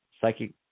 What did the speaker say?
psychic